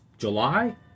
July